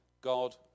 God